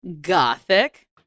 gothic